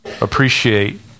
appreciate